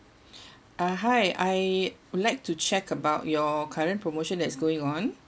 uh hi I would like to check about your current promotion that is going on